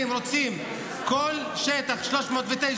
כל שטח 309,